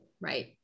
Right